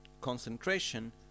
concentration